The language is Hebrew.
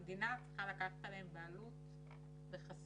המדינה צריכה לקחת עליהם בעלות וחסות.